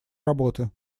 работы